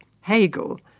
Hegel